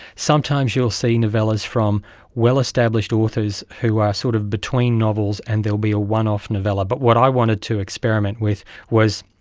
sometimes you'll see novellas from well-established authors who are sort of between novels, and there will be a one-off novella. but what i wanted to experiment with was,